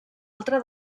altra